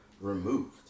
removed